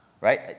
right